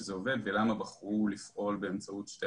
שזה עובד ולמה בחרו לפעול באמצעות שתי